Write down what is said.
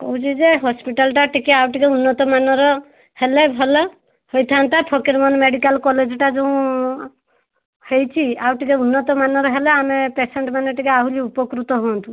କହୁଛି ଯେ ହସ୍ପିଟାଲଟା ଟିକିଏ ଆଉ ଟିକିଏ ଉନ୍ନତ ମାନର ହେଲେ ଭଲ ହୋଇଥାନ୍ତା ଫକୀର ମୋହନ ମେଡ଼ିକାଲ କଲେଜ୍ ଟା ଯେଉଁ ହେଇଛି ଆଉ ଟିକିଏ ଉନ୍ନତମାନର ହେଲେ ଆମେ ପେସେଣ୍ଟ୍ ମାନେ ଟିକିଏ ଆହୁରି ଉପକୃତ ହୁଅନ୍ତୁ